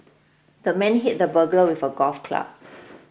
the man hit the burglar with a golf club